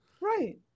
Right